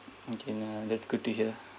okay uh that's good to hear